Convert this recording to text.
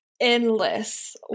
endless